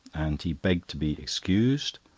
and he begged to be excused,